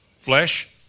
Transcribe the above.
flesh